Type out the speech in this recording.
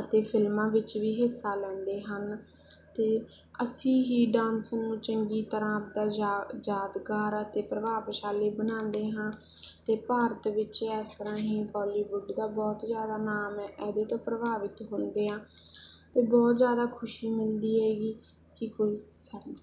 ਅਤੇ ਫਿਲਮਾਂ ਵਿੱਚ ਵੀ ਹਿੱਸਾ ਲੈਂਦੇ ਹਨ ਅਤੇ ਅਸੀਂ ਹੀ ਡਾਂਸ ਨੂੰ ਚੰਗੀ ਤਰ੍ਹਾਂ ਆਪਦਾ ਯਾਦ ਯਾਦਗਾਰ ਅਤੇ ਪ੍ਰਭਾਵਸ਼ਾਲੀ ਬਣਾਉਂਦੇ ਹਾਂ ਅਤੇ ਭਾਰਤ ਵਿੱਚ ਇਸ ਤਰ੍ਹਾਂ ਹੀ ਬਾਲੀਵੁੱਡ ਦਾ ਬਹੁਤ ਜ਼ਿਆਦਾ ਨਾਮ ਹੈ ਇਹਦੇ ਤੋਂ ਪ੍ਰਭਾਵਿਤ ਹੁੰਦੇ ਹਾਂ ਅਤੇ ਬਹੁਤ ਜ਼ਿਆਦਾ ਖੁਸ਼ੀ ਮਿਲਦੀ ਹੈਗੀ ਕਿ ਕੋਈ ਸਾਨੂੰ